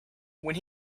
when